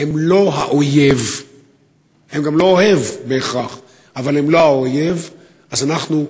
לא מוצא כמובן שם